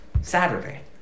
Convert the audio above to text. Saturday